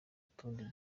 tundi